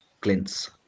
glints